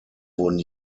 wurden